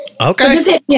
Okay